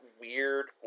weird